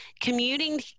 commuting